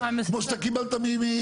גם אם הלך.